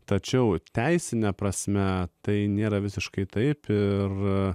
tačiau teisine prasme tai nėra visiškai taip ir